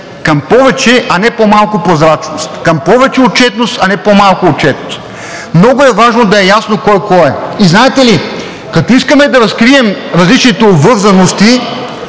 към повече, а не по-малко прозрачност; към повече отчетност, а не по-малко отчетност. Много е важно да е ясно кой кой е. Знаете ли, като искаме да разкрием различните обвързаности,